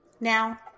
Now